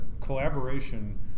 collaboration